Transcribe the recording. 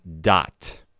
dot